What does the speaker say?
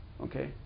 okay